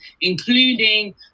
including